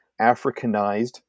Africanized